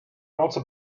also